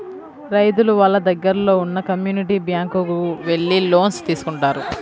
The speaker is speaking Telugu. రైతులు వాళ్ళ దగ్గరలో ఉన్న కమ్యూనిటీ బ్యాంక్ కు వెళ్లి లోన్స్ తీసుకుంటారు